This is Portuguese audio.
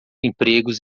empregos